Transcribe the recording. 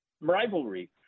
rivalry